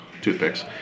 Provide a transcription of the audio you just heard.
toothpicks